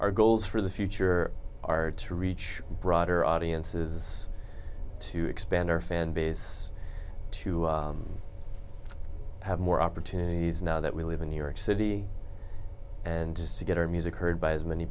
our goals for the future are to reach broader audiences to expand our fan base to have more opportunities now that we live in new york city and just to get our music heard by as many